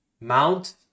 Mount